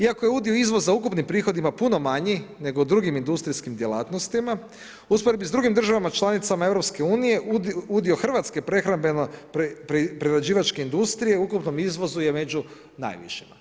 Iako je udio izvoza u ukupnim prihodima puno manji nego u drugim industrijskim djelatnostima u usporedbi sa drugim državama članicama Europske unije udio hrvatske prehrambeno-prerađivačke industrije u ukupnom izvozu je među najvišima.